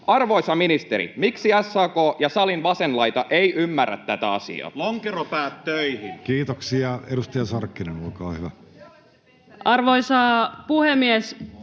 Arvoisa ministeri, miksi SAK ja salin vasen laita eivät ymmärrä tätä asiaa?